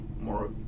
more